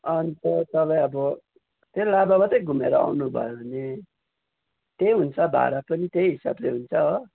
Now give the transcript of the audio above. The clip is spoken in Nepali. अन्त तपाईँ अब त्यही लाभाबाटै घुमेर आउनुभयो भने त्यही हुन्छ भाडा पनि त्यही हिसाबले हुन्छ हो